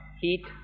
heat